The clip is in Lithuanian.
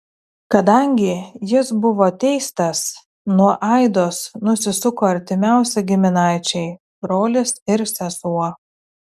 kadangi jis buvo teistas nuo aidos nusisuko artimiausi giminaičiai brolis ir sesuo